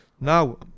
Now